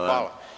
Hvala.